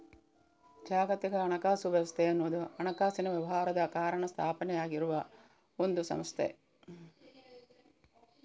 ಜಾಗತಿಕ ಹಣಕಾಸು ವ್ಯವಸ್ಥೆ ಅನ್ನುವುದು ಹಣಕಾಸಿನ ವ್ಯವಹಾರದ ಕಾರಣ ಸ್ಥಾಪನೆ ಆಗಿರುವ ಒಂದು ಸಂಸ್ಥೆ